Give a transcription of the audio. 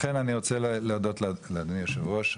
לכן אני רוצה להודות לאדוני היושב ראש,